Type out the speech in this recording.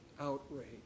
outrage